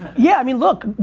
yeah i mean look.